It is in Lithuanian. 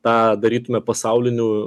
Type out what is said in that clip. tą darytume pasauliniu